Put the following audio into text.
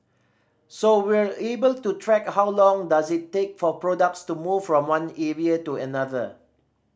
so we're able to track how long does it take for products to move from one area to another